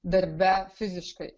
darbe fiziškai